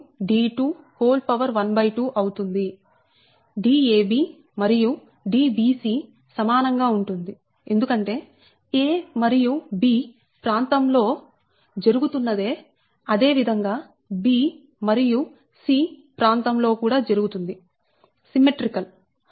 Dab మరియు Dbc సమానం గా ఉంటుంది ఎందుకంటే a మరియు b ప్రాంతం లో జరుగుతున్నదే అదేవిధంగా b మరియు c ప్రాంతం లో కూడా జరుగుతుంది సిమ్మెట్రీకల్ అందువలన Dab Dbc